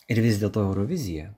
ir vis dėl to eurovizija